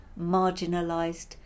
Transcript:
marginalised